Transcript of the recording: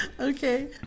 Okay